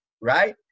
right